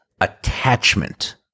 attachment